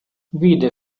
vide